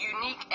unique